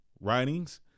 writings